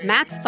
Max